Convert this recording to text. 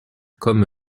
comme